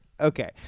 Okay